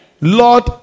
Lord